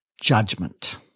judgment